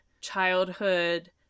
Childhood